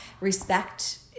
respect